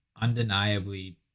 undeniably